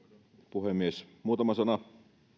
puhemies muutama sana